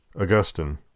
Augustine